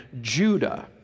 Judah